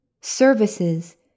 Services